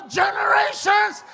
generations